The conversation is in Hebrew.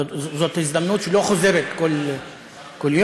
זאת הזדמנות שלא חוזרת כל יום.